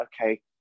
okay